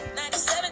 97